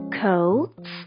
coats